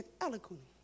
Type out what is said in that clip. eloquently